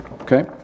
Okay